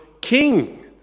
king